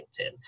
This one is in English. LinkedIn